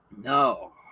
no